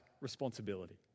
responsibility